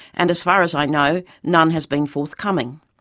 and as far as i know, none has been forthcoming.